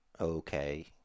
Okay